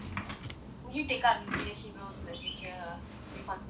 would you take up leadership roles in the future would you consider